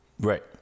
Right